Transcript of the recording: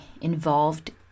involved